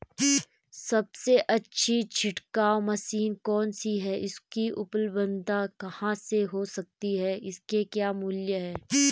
सबसे अच्छी छिड़काव मशीन कौन सी है इसकी उपलधता कहाँ हो सकती है इसके क्या मूल्य हैं?